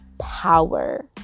power